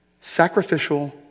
Sacrificial